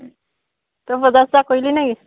তই বজাৰ চজাৰ কৰিলি নেকি